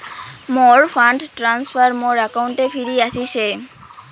মোর fund transfer মোর অ্যাকাউন্টে ফিরি আশিসে